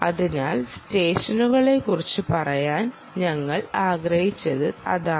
അതിനാൽ സെഷനുകളെക്കുറിച്ച് പറയാൻ ഞങ്ങൾ ആഗ്രഹിച്ചത് അതാണ്